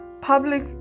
Public